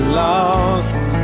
lost